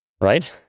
Right